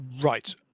Right